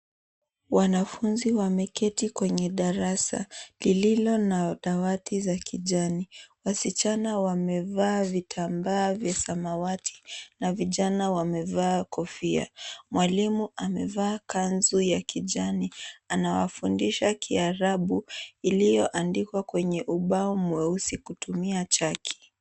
Wanafunzi wameketi kwenye darasa, lililo na dawati za kijani. Wasichana wamevaa vitambaa vya samawati na vijana wamevaa kofia. Mwalimu amevaa kanzu ya kijani, anawafundisha Kiarabu iliyoandikwa kwenye ubao mweusi, kutumia chaki.